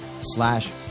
slash